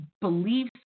beliefs